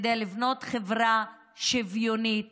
כדי לבנות חברה שוויונית